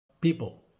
people